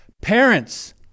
Parents